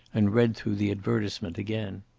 and read through the advertisement again.